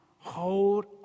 hold